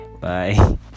Bye